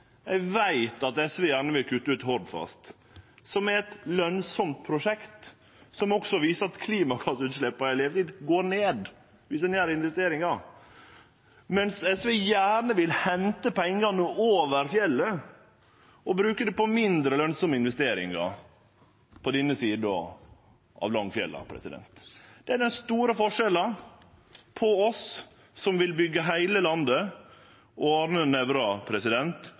Eg veit at SV gjerne vil kutte ut Hordfast, som er eit lønsamt prosjekt, som også viser at klimagassutsleppa i levetida går ned, viss ein gjer investeringar. Men SV vil gjerne hente pengane over fjellet og bruke dei på mindre lønsame investeringar på denne sida av Langfjella. Det er den store forskjellen på oss som vil byggje heile landet, og Arne Nævra